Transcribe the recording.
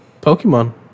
Pokemon